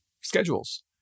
schedules